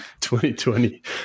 2020